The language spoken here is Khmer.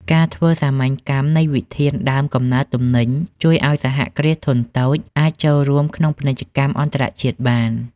ការធ្វើសាមញ្ញកម្មនៃវិធានដើមកំណើតទំនិញ ជួយឱ្យសហគ្រាសធុនតូចអាចចូលរួមក្នុងពាណិជ្ជកម្មអន្តរជាតិបាន។